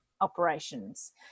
operations